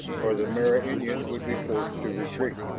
or the amerindians would be forced to retreat.